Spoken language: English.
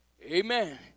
Amen